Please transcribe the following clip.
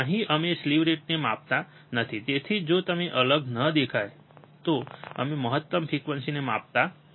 અહીં અમે સ્લીવ રેટને માપતા નથી તેથી જ જો તમને અલગ ન દેખાય તો અમે મહત્તમ ફ્રીક્વન્સીને માપતા નથી